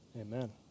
Amen